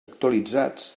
actualitzats